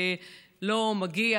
שלא מגיע,